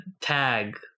tag